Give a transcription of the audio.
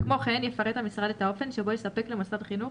כמו כן יפרט המשרד את האופן שבו יספק למוסד חינוך